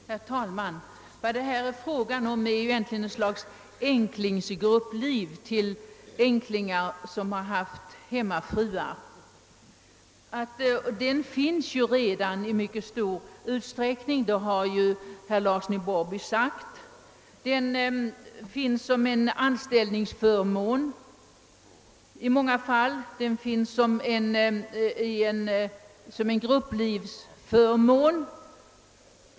Herr talman! Vad det här är fråga om är egentligen ett slags grupplivförsäkring för änklingar som haft hemmafruar. Denna förmån finns ju redan i mycket stor utsträckning, som herr Larsson i Borrby sagt. Den finns i många fall som en anställningsförmån och i många fall som en grupplivförmån.